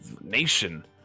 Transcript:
nation